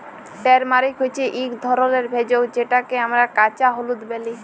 turmeric হছে ইক ধরলের ভেষজ যেটকে আমরা কাঁচা হলুদ ব্যলি